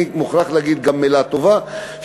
אני מוכרח להגיד גם מילה טובה,